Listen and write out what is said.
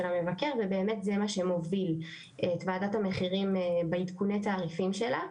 המבקר ובאמת זה מה שמוביל את וועדת המחירים בעדכוני תעריפים שלה,